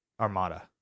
Armada